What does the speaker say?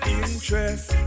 interest